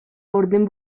orden